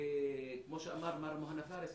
כמו שאמר מר מוהנא פארס,